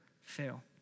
fail